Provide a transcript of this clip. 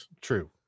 True